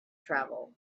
travel